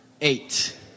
eight